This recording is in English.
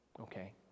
okay